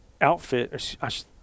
outfit